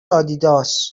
آدیداس